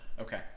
Okay